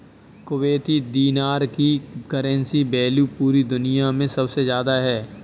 Kuwaiti दीनार की currency value पूरी दुनिया मे सबसे ज्यादा है